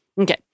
Okay